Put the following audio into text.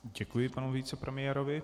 Děkuji panu vicepremiérovi.